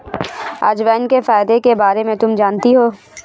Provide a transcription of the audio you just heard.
अजवाइन के फायदों के बारे में तुम जानती हो?